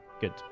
Good